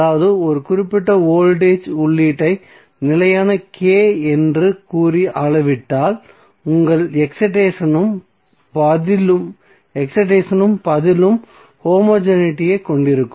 அதாவது ஒரு குறிப்பிட்ட வோல்டேஜ் உள்ளீட்டை நிலையான K என்று கூறி அளவிட்டால் உங்கள் எக்சிட்டேசனும் பதிலும் ஹோமோஜெனிட்டியைக் கொண்டிருக்கும்